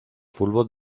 fútbol